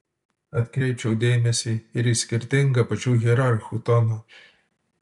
atkreipčiau dėmesį ir į skirtingą pačių hierarchų toną